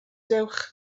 dewch